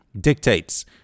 dictates